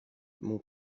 mon